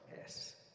Yes